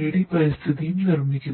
3D പരിസ്ഥിതിയും നിർമിക്കുന്നു